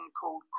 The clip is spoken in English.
called